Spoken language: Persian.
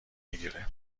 میگیره